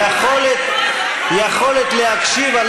היכולת להקשיב,